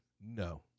No